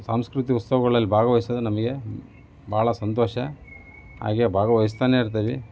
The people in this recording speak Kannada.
ಸಾಂಸ್ಕೃತಿಕ ಉತ್ಸವಗಳಲ್ಲಿ ಭಾಗವಹಿಸೋದು ನಮಗೆ ಭಾಳ ಸಂತೋಷ ಹಾಗೆ ಭಾಗವಹಿಸ್ತಾನೇಯಿರ್ತೀವಿ